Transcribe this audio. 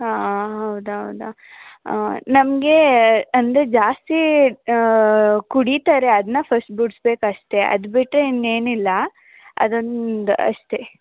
ಹಾಂ ಹೌದಾ ಹೌದಾ ನಮಗೆ ಅಂದರೆ ಜಾಸ್ತಿ ಕುಡಿತಾರೆ ಅದನ್ನ ಫಸ್ಟ್ ಬಿಡ್ಸ್ಬೇಕಷ್ಟೇ ಅದು ಬಿಟ್ಟರೆ ಇನ್ನೇನಿಲ್ಲ ಅದೊಂದು ಅಷ್ಟೇ